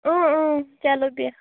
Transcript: چلو بیٚہہ